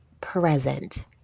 present